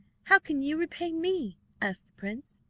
how can you repay me asked the prince.